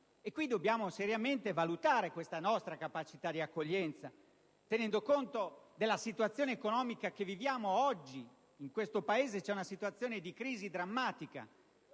Dobbiamo pertanto seriamente valutare la nostra capacità di accoglienza tenendo conto della situazione economica che viviamo oggi. In questo Paese c'è una situazione di crisi drammatica.